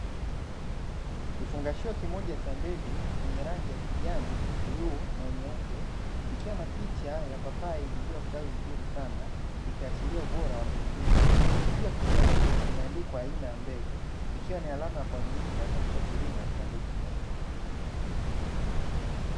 Kifungashio kimoja cha mbegu chenye rangi ya kijani, bluu na nyeupe, kikiwa na picha ya papai lililostawi vizuri sana ikiashiria ubora wa mbegu hizi. Juu ya kifungashio kimeandikwa aina ya mbegu ikiwa ni alama ya kuaminika katika kilimo cha mbegu bora.